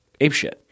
apeshit